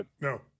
No